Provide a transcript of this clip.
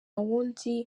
wundi